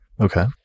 Okay